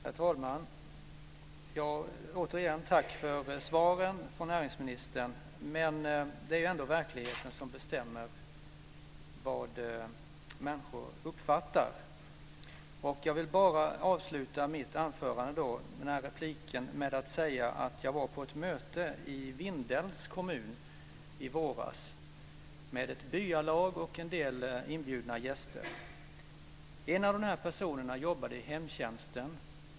Herr talman! Återigen tack för svaren från näringsministern. Men det är ändå verkligheten som bestämmer vad människor uppfattar. Jag vill bara avsluta mina inlägg med att säga att jag var på ett möte i Vindelns kommun i våras med ett byalag och en del inbjudna gäster. En av de här personerna jobbade i hemtjänsten.